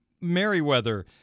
Merriweather